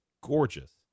gorgeous